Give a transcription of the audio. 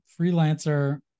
Freelancer